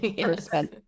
person